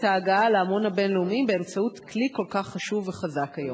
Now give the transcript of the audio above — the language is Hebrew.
ההגעה להמון הבין-לאומי באמצעות כלי כל כך חשוב וחזק היום.